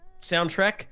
soundtrack